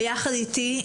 ביחד איתי,